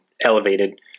elevated